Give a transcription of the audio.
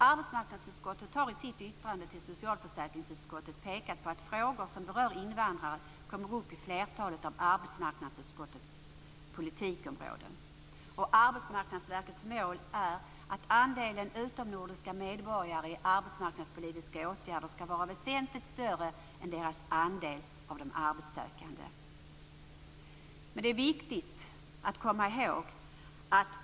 Arbetsmarknadsutskottet har i sitt yttrande till socialförsäkringsutskottet pekat på att frågor som rör invandrare finns med i flertalet av arbetsmarknadsutskottets politikområden. Arbetsmarknadsverkets mål är att andelen utomnordiska medborgare i arbetsmarknadspolitiska åtgärder skall vara väsentligt större än deras andel av de arbetssökande.